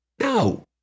No